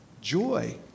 joy